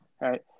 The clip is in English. right